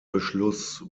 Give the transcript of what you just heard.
beschluss